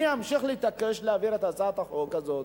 אני אמשיך להתעקש על העברת הצעת החוק הזו,